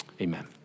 Amen